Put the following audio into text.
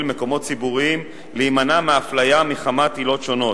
מקומות ציבוריים להימנע מהפליה מחמת עילות שונות,